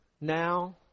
now